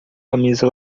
camisa